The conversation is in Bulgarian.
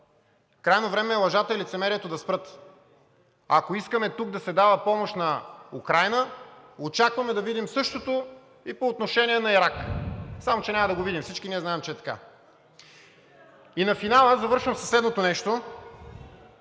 Крайно време е лъжата и лицемерието да спрат. Ако искаме тук да се дава помощ на Украйна, очакваме да видим същото и по отношение на Ирак, само че няма да го видим – всички ние знаем, че е така. И на финала завършвам със следното нещо,